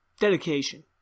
dedication